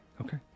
Okay